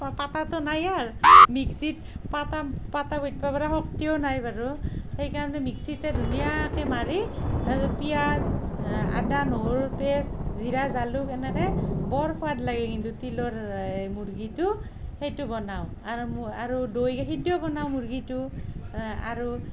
পাতাটো নাই আৰ মিক্সিত পাতাম পাতাত বতবা পাৰা শক্তিও নাই বাৰু সেইকাৰণে মিক্সিতে ধুনীয়াকে মাৰি তাৰপিছত পিয়াঁজ আদা নহৰু তেজ জিৰা জালুক এনেকে বৰ সোৱাদ লাগে কিন্তু তিলৰ এই মূৰ্গীটো সেইটো বনাওঁ আৰু আৰু দৈ গাখীৰ দিও বনাওঁ মূৰ্গীটো আৰু